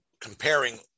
comparing